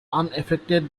unaffected